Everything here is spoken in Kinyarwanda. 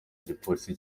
gipolisi